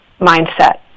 mindset